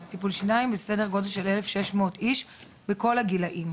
בטיפול שיניים בסדר גודל של 1,600 איש בכל הגילאים,